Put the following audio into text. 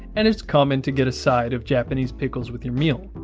and it's common to get a side of japanese pickles with your meal.